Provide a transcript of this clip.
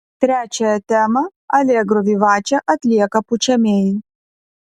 trečiąją temą alegro vivače atlieka pučiamieji